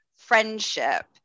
friendship